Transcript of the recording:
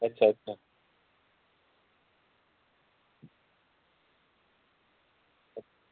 अच्छा अच्छा